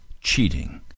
cheating